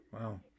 Wow